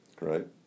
Right